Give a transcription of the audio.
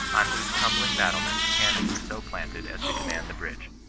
on whose crumbling battlements cannon were so planted as to command the bridge.